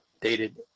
dated